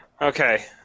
Okay